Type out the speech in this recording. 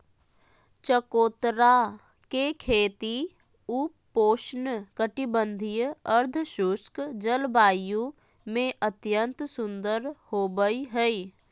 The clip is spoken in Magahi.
चकोतरा के खेती उपोष्ण कटिबंधीय, अर्धशुष्क जलवायु में अत्यंत सुंदर होवई हई